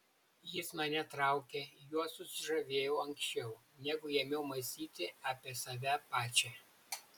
jis mane traukė juo susižavėjau anksčiau negu ėmiau mąstyti apie save pačią